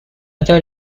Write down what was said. other